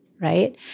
right